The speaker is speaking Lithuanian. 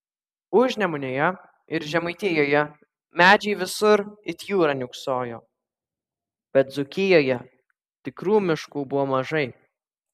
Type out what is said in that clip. užnemunėje ir žemaitijoje medžiai visur it jūra niūksojo bet dzūkijoje tikrų miškų buvo mažai